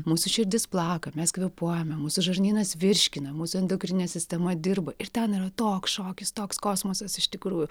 mūsų širdis plaka mes kvėpuojame mūsų žarnynas virškina mūsų endokrininė sistema dirba ir ten yra toks šokis toks kosmosas iš tikrųjų